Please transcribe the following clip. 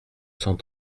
cent